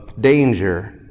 danger